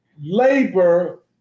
labor